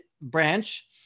branch